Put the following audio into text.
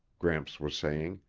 gramps was saying.